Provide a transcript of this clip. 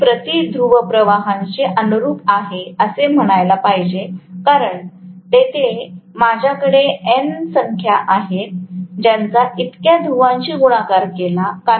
मी हे प्रति ध्रुवप्रवाहांशी अनुरूप आहे असे म्हणायला पाहिजे कारण तेथे माझ्याकडे एन संख्या आहेत ज्यांचा इतक्या ध्रुव्यांनी गुणाकार केला